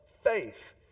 faith